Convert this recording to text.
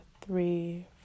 three